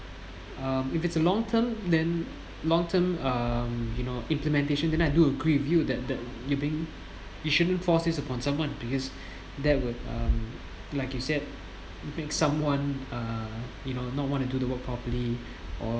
um if it's a long term then long term um you know implementation then I do agree with you that that you've been you shouldn't force it upon someone because that would um like you said someone uh you know not want to do the work properly or